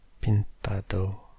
pintado